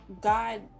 God